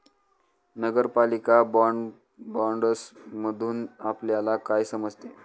नगरपालिका बाँडसमधुन आपल्याला काय समजते?